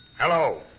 Hello